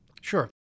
Sure